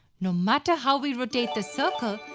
no matter how we rotate the circle,